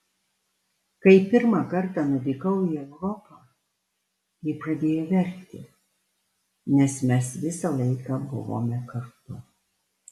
kai pirmą kartą nuvykau į europą ji pradėjo verkti nes mes visą laiką buvome kartu